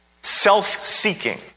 Self-seeking